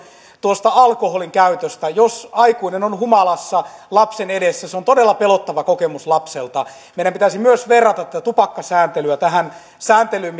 tuosta alkoholinkäytöstä jos aikuinen on humalassa lapsen edessä se on todella pelottava kokemus lapselle meidän pitäisi myös verrata tätä tupakkasääntelyä tähän sääntelyyn